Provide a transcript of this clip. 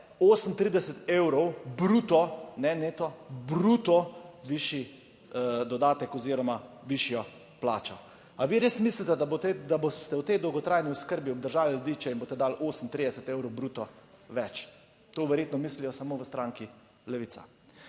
38 evrov bruto neto, bruto višji dodatek oziroma višjo plačo. Ali vi res mislite, da boste, da boste v tej dolgotrajni oskrbi obdržali ljudi, če jim boste dali 38 evrov bruto več? To verjetno mislijo samo v stranki Levica.